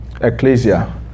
Ecclesia